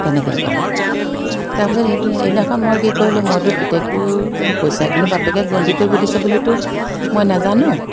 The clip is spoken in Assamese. তেনেকে ক'লে তাৰপাছত এদিন এদিনাখন মই কি কৰিলোঁ মইতো পিতেকটোক যে পইচাখিনি বাপেকে গন্তি কৰিব দিছে বুলিতো মই নাজানো